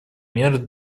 мер